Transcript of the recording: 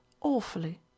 Awfully